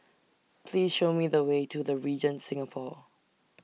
Please Show Me The Way to The Regent Singapore